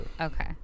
Okay